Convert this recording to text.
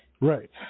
Right